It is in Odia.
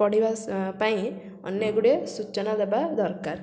ପଢିବାପାଇଁ ଅନେକ ଗୁଡ଼ିଏ ସୂଚନା ଦେବା ଦରକାର